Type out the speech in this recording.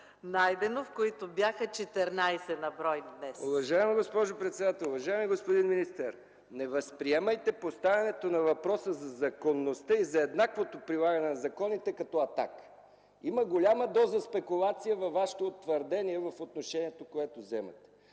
Найденов, които бяха 14 на брой днес. МИХАИЛ МИКОВ (КБ): Уважаема госпожо председател, уважаеми господин министър! Не възприемайте поставянето на въпроса за законността и за еднаквото прилагане на законите като атака. Има голяма доза спекулация във Вашето твърдение и в отношението, което вземате.